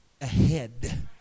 ahead